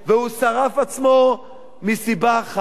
והוא שרף עצמו מסיבה אחת: